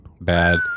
Bad